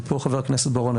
ופה חבר הכנסת בוארון,